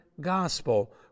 gospel